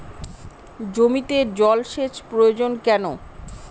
জমিতে জল সেচ প্রয়োজন কেন?